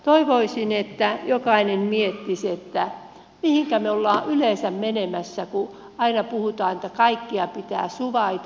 toivoisin että jokainen miettisi mihinkä me olemme yleensä menemässä kun aina puhutaan että kaikkea pitää suvaita